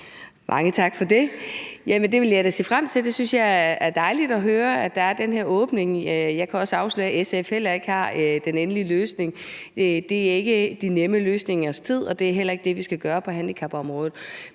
Mange tak for det. Jamen det vil jeg da se frem til. Jeg synes, det er dejligt at høre, at der er den her åbning. Jeg kan også afsløre, at SF heller ikke har den endelige løsning. Det er ikke de nemme løsningers tid, og det er heller ikke dem, vi skal gå efter på handicapområdet.